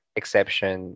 exception